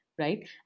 right